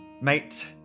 Mate